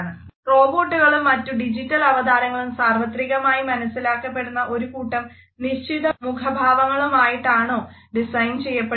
റോബോട്ടുകളും മറ്റു ഡിജിറ്റൽ അവതാരങ്ങളും സാർവത്രികമായി മനസിലാക്കപ്പെടുന്ന ഒരു കൂട്ടം നിശ്ചിത മുഖഭാവങ്ങളുമായിട്ടാണോ ഡിസൈൻ ചെയ്യപ്പെടേണ്ടത്